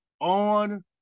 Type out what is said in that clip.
on